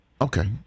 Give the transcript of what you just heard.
Okay